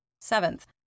Seventh